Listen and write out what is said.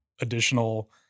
additional